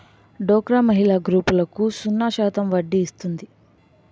డోక్రా మహిళల గ్రూపులకు సున్నా శాతం వడ్డీ ఇస్తుంది